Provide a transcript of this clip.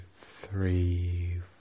three